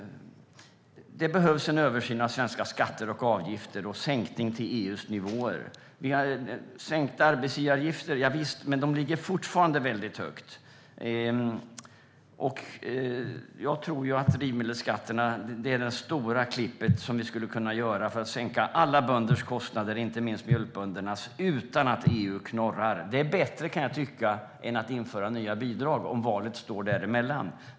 Det behövs en översyn av svenska skatter och avgifter och en sänkning till EU:s nivåer. Visst är det bra med sänkta arbetsgivaravgifter, men de ligger fortfarande väldigt högt. Drivmedelsskatterna är det stora klipp som vi skulle kunna göra för att sänka alla bönders kostnader, och inte minst mjölkböndernas, utan att EU knorrar. Jag kan tycka att det är bättre än att införa nya bidrag om valet står däremellan.